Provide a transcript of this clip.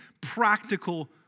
practical